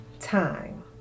time